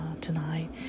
tonight